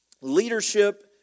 leadership